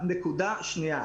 נקודה שנייה,